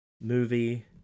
movie